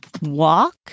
walk